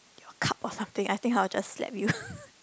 your cup or something I think I will just slap you